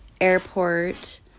airport